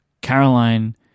Caroline